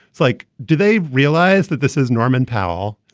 it's like do they realize that this is norman powell.